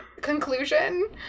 conclusion